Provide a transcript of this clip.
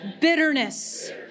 bitterness